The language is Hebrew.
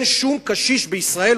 ואין שום קשיש בישראל,